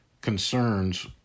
concerns